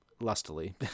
lustily